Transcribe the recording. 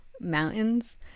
mountains